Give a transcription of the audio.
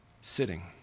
sitting